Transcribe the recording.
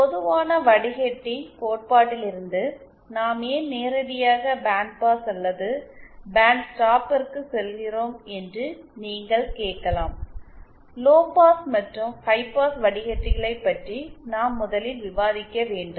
பொதுவான வடிகட்டி கோட்பாட்டிலிருந்து நாம் ஏன் நேரடியாக பேண்ட்பாஸ் அல்லது பேண்ட்ஸ்டாப்பிற்கு செல்கிறோம் என்று நீங்கள் கேட்கலாம் லோபாஸ் மற்றும் ஹைபாஸ் வடிக்கட்டிகளைப் பற்றி நாம் முதலில் விவாதிக்க வேண்டும்